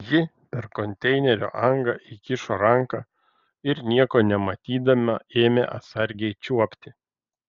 ji per konteinerio angą įkišo ranką ir nieko nematydama ėmė atsargiai čiuopti